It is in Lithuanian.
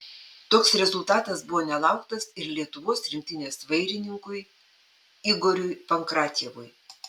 toks rezultatas buvo nelauktas ir lietuvos rinktinės vairininkui igoriui pankratjevui